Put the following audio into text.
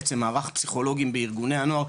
בעצם מערך פסיכולוגים בארגוני הנוער,